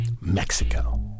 Mexico